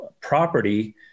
property